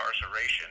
incarceration